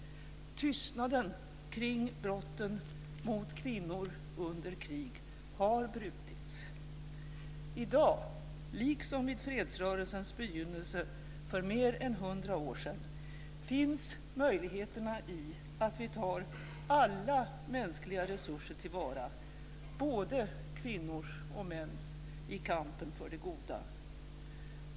Tystnaden kring brotten mot kvinnor under krig har brutits. I dag, liksom vid fredsrörelsens begynnelse för mer än hundra år sedan, finns möjligheten i att vi tar alla mänskliga resurser till vara - både kvinnors och mäns - i kampen för det goda.